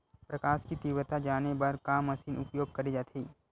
प्रकाश कि तीव्रता जाने बर का मशीन उपयोग करे जाथे?